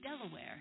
Delaware